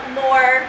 more